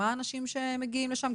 מה האנשים שמגיעים לשם?